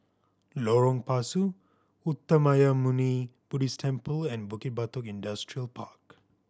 Lorong Pasu Uttamayanmuni Buddhist Temple and Bukit Batok Industrial Park